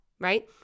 right